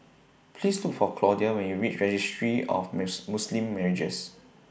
Please Look For Claudia when YOU REACH Registry of Muslim Marriages